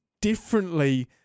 differently